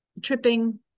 tripping